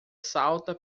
salta